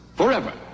forever